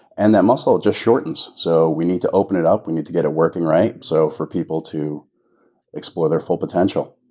and that muscle just shortens. so, we need to open it up, we need to get it working right so, for people to explore their full potential.